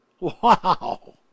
Wow